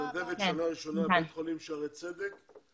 שנה ראשונה בבית חולים שערי צדק,